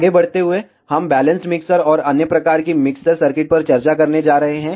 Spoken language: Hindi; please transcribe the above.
आगे बढ़ते हुए हम बैलेंस्ड मिक्सर और अन्य प्रकार के मिक्सर सर्किट पर चर्चा करने जा रहे हैं